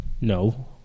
No